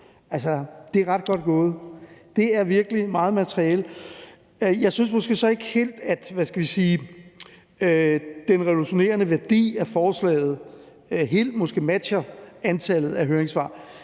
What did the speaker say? det er ret godt gået. Det er virkelig meget materiale. Jeg synes måske så ikke helt, at den revolutionerende værdi af forslaget helt matcher antallet af høringssvar.